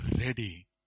ready